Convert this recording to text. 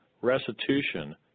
restitution